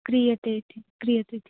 क्रियते इति क्रियतेति